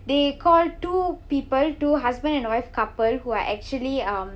they call two people two husband and wife couple who are actually um